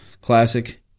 Classic